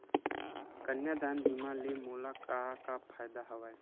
कन्यादान बीमा ले मोला का का फ़ायदा हवय?